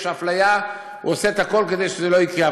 אפליה הוא עושה הכול כדי שזה לא יקרה.